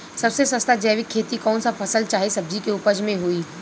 सबसे सस्ता जैविक खेती कौन सा फसल चाहे सब्जी के उपज मे होई?